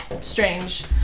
strange